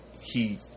He